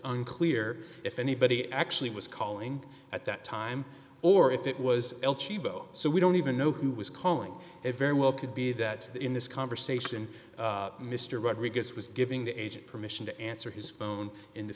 unclear if anybody actually was calling at that time or if it was el cheapo so we don't even know who was calling it very well could be that in this conversation mr rodriguez was giving the agent permission to answer his phone in the